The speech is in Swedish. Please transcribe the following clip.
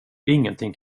ingenting